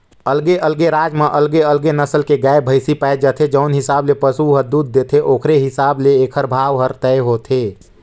अलगे अलगे राज म अलगे अलगे नसल के गाय, भइसी पाए जाथे, जउन हिसाब ले पसु ह दूद देथे ओखरे हिसाब ले एखर भाव हर तय होथे